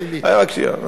עבירה פלילית.